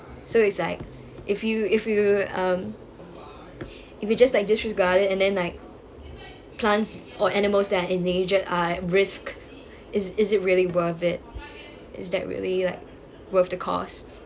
so it's like if you if you um if you just like disregard it and then like plants or animals that are endangered are at risk is is it really worth it is that really like worth the cost